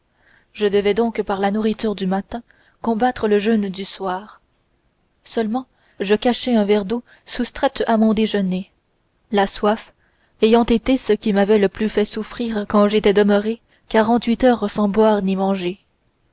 je devais donc par la nourriture du matin combattre le jeûne du soir seulement je cachai un verre d'eau soustraite à mon déjeuner la soif ayant été ce qui m'avait le plus fait souffrir quand j'étais demeurée quarante-huit heures sans boire ni manger